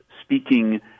speaking